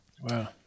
wow